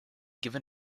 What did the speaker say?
given